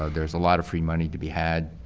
ah there's a lot of free money to be had,